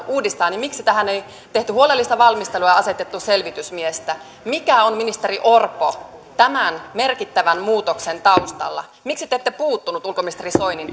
halutaan uudistaa niin miksi tähän ei tehty huolellista valmistelua ja asetettu selvitysmiestä mikä on ministeri orpo tämän merkittävän muutoksen taustalla miksi te ette puuttunut ulkoministeri soinin